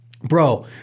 Bro